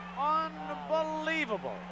unbelievable